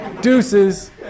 Deuces